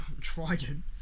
trident